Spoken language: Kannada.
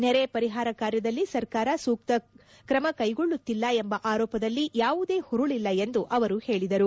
ನೆರೆ ಪರಿಹಾರ ಕಾರ್ಯದಲ್ಲಿ ಸರ್ಕಾರ ಸೂಕ್ತ ಕ್ರಮ ಕೈಗೊಳ್ಳುತ್ತಿಲ್ಲ ಎಂಬ ಆರೋಪದಲ್ಲಿ ಯಾವುದೇ ಹುರುಳಲ್ಲ ಎಂದು ಅವರು ಹೇಳಿದರು